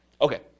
Okay